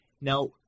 Now